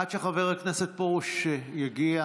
עד שחבר הכנסת פרוש יגיע,